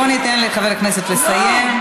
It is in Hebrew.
בואו ניתן לחבר הכנסת לסיים.